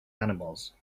animals